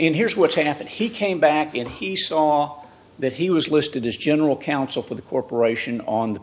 here's what's happened he came back and he saw that he was listed as general counsel for the corporation on the